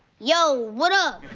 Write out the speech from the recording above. yo! what up?